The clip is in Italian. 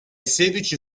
sedici